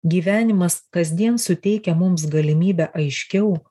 gyvenimas kasdien suteikia mums galimybę aiškiau